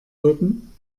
würden